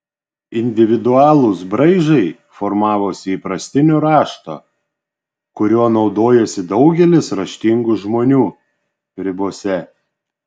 individualūs braižai formavosi įprastinio rašto kuriuo naudojosi daugelis raštingų žmonių ribose